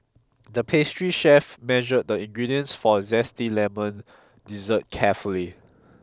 the pastry chef measured the ingredients for a zesty lemon dessert carefully